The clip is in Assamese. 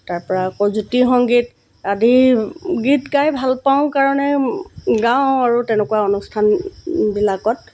তাৰপৰা আকৌ জ্যোতি সংগীত আদি গীত গাই ভাল পাওঁ কাৰণে গাওঁ আৰু তেনেকুৱা অনুষ্ঠান বিলাকত